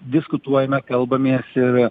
diskutuojame kalbamės ir